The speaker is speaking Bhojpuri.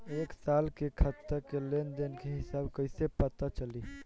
एक साल के खाता के लेन देन के हिसाब कइसे पता चली?